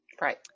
right